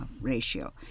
ratio